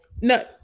No